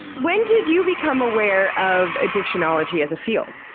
when did you become aware of addictionology as a field?